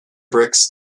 bricks